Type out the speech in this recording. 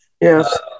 Yes